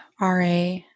RA